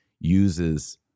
uses